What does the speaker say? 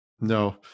no